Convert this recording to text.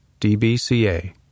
DBCA